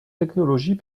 technologie